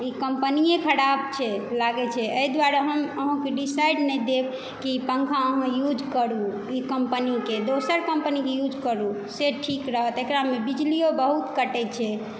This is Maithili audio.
ई कम्पनीय ख़राब छै लागै छै एहि दुआरे हम अहाँके डिसाइड नहि देब की ई पंखा अहाँ यूज करू ई कम्पनीके दोसर कम्पनीके यूज करूँ से ठीक रहत एकरामे बिजलियो बहुत कटै छै